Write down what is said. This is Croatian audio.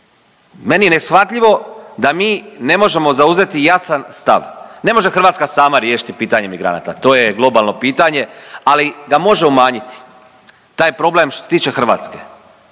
Meni je neshvatljivo da mi ne možemo zauzeti jasan stav. Ne može Hrvatska sama riješiti pitanje migranata, to je globalno pitanje, ali ga može umanjiti. Taj problem što se tiče Hrvatske,